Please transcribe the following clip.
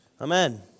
Amen